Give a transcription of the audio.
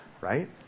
Right